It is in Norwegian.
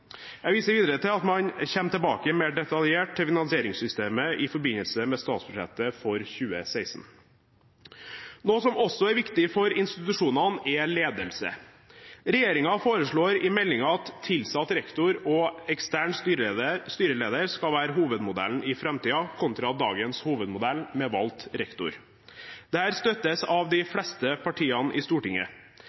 Jeg viser videre til at man kommer tilbake mer detaljert til finansieringssystemet i forbindelse med statsbudsjettet for 2016. Noe som også er viktig for institusjonene, er ledelse. Regjeringen foreslår i meldingen at tilsatt rektor og ekstern styreleder skal være hovedmodellen i framtiden, kontra dagens hovedmodell med valgt rektor. Dette støttes av de fleste partiene i Stortinget.